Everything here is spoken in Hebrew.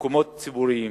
ומקומות ציבוריים.